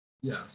Yes